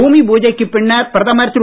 பூமி பூஜைக்கு பின்னர் பிரதமர் திரு